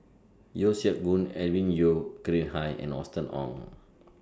Yeo Siak Goon Alvin Yeo Khirn Hai and Austen Ong